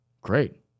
Great